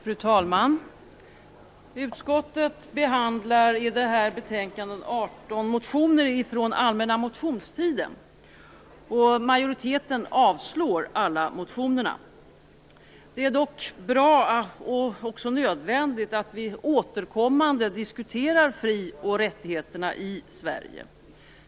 Fru talman! Utskottet behandlar i det här betänkandet 18 motioner från allmänna motionstiden. Majoriteten avslår alla motionerna. Det är dock bra och också nödvändigt att vi återkommande diskuterar frioch rättigheterna i Sverige.